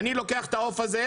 אני לוקח את העוף הזה,